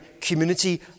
community